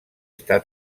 està